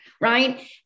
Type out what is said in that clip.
right